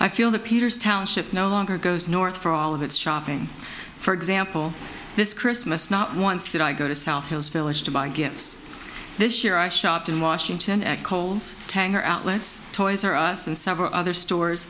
i feel the peters township no longer goes north for all of its shopping for example this christmas not once did i go to south wales village to buy gifts this year i shopped in washington at kohl's tanger outlets toys r us and several other store